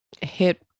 hit